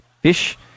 fish